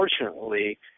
unfortunately